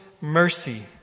mercy